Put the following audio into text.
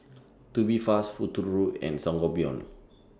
Tubifast Futuro and Sangobion